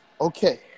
Okay